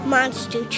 Monster